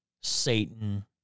Satan